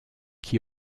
qui